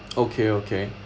okay okay